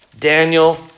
Daniel